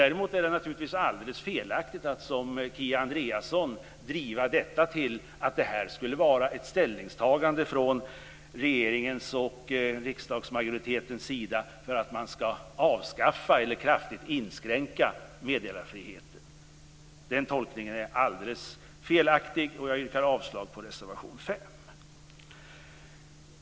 Däremot är det naturligtvis alldeles felaktigt att som Kia Andreasson driva detta till att vara ett ställningstagande från regeringens och riksdagsmajoritetens sida för att avskaffa eller kraftigt inskränka meddelarfriheten. Den tolkningen är alldeles felaktig. Jag yrkar avslag på reservation 5.